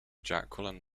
jacqueline